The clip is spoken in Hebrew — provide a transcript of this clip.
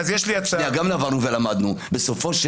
בסופו של